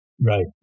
right